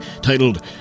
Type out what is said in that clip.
...titled